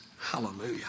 Hallelujah